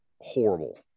horrible